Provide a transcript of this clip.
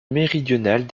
méridionales